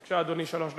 בבקשה, אדוני, שלוש דקות.